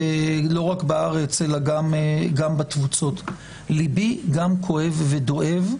לא רק בארץ אלא גם בתפוצות, ליבי גם כואב ודואב,